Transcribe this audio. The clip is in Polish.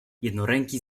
jednoręki